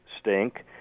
stink